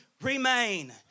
remain